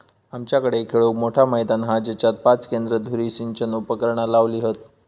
आमच्याकडे खेळूक मोठा मैदान हा जेच्यात पाच केंद्र धुरी सिंचन उपकरणा लावली हत